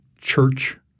church